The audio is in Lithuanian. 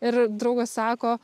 ir draugas sako